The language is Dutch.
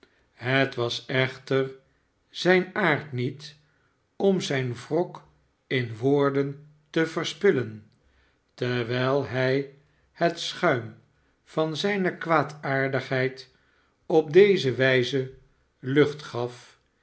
het was echter zijn aard niet om zijn wrok in woorden te verspillen terwijl hij het schuim van zijne kwaadaardigheid op deze wijze lucht gaf